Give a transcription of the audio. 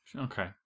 Okay